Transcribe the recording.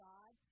God